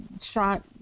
shot